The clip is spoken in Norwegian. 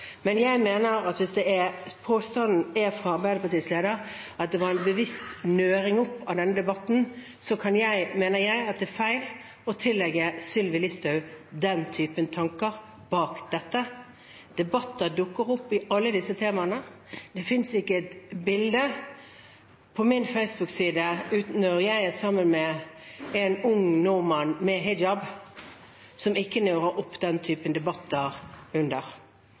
Men jeg mener at hvis påstanden fra Arbeiderpartiets leder er at det var bevisst å nøre opp under denne debatten, er det feil å tillegge Sylvi Listhaug den typen tanker bak dette. Debatter dukker opp i alle disse temaene. Det finnes ikke på min Facebook-side ett bilde der jeg er sammen med en ung nordmann med hijab, som ikke nører opp under denne typen debatter,